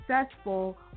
Successful